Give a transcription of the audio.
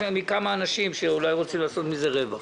כמה אנשים שאולי רוצים לעשות מזה רווח.